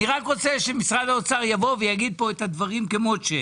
אני רק רוצה שמשרד האוצר יגיד את הדברים כמות שהם.